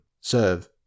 Serve